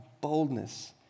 boldness